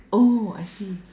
oh I see